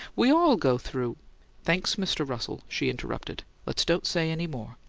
we all go through thanks, mr. russell, she interrupted. let's don't say any more.